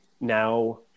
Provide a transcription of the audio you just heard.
now